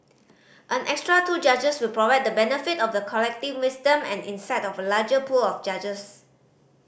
an extra two judges will provide the benefit of the collective wisdom and insight of a larger pool of judges